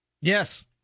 Yes